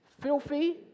filthy